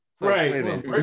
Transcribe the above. right